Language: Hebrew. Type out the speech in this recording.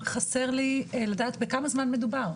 חסר לי הנתון שאני רוצה לעדת וזה בכמה זמן מדובר?